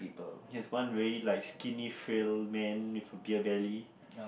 there's one very like skinny frail man with a beer belly